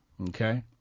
Okay